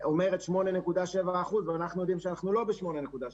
אומרת 8.7% בעוד שאנחנו יודעים שאנחנו לא ב-8.7%.